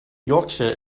yorkshire